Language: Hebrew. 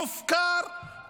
מופקר,